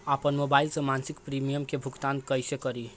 आपन मोबाइल से मसिक प्रिमियम के भुगतान कइसे करि?